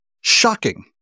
shocking